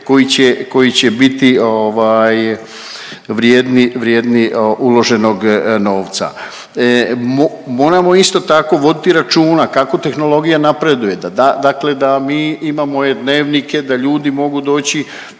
vrijedni, vrijedni uloženog novca. Moramo isto tako voditi računa kako tehnologija napreduje da da…, dakle da mi imamo e-dnevnike, da ljudi mogu doći